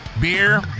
Beer